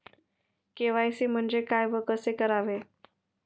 KYC म्हणजे काय व कसे करावे?